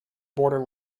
border